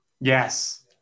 Yes